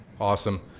Awesome